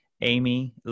Amy